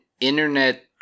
internet